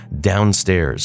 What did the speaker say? downstairs